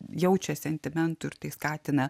jaučia sentimentų ir tai skatina